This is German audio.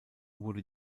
wurde